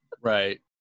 Right